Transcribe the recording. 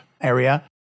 area